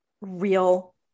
real